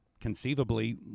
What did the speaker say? conceivably